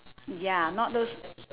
ya not those